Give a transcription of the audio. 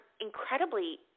incredibly